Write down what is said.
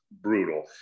brutal